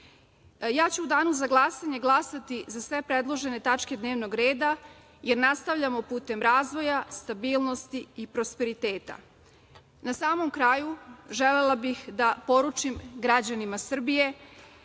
ću u danu za glasanje glasati za sve predložene tačke dnevnog reda, jer nastavljamo putem razvoja, stabilnosti i prosperiteta. Na samom kraju želela bih da poručim građanima Srbije